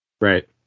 Right